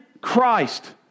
Christ